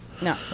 No